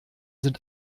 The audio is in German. sind